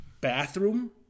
bathroom